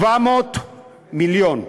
700 מיליון,